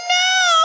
no